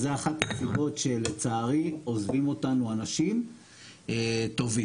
זו אחת הסיבות שלצערי עוזבים אותנו אנשים טובים.